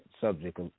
subject